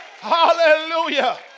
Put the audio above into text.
Hallelujah